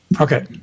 Okay